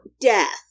death